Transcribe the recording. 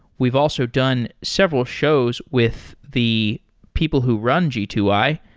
we've also done several shows with the people who run g two i,